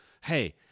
hey